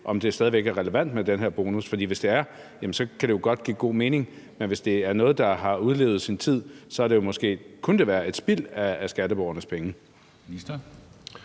om det stadig væk er relevant med den her bonus? For hvis det er det, kan det jo godt give god mening, men hvis det er noget, der har udlevet sin tid, kunne det jo måske være et spild af skatteborgernes penge.